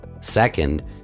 Second